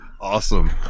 Awesome